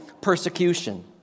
persecution